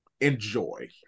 enjoy